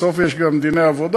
בסוף יש גם דיני עבודה,